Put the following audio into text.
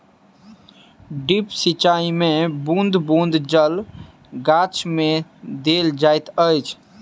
drip सिचाई मे बूँद बूँद जल गाछ मे देल जाइत अछि